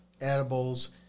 edibles